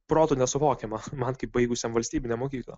protu nesuvokiama man kaip baigusiam valstybinę mokyklą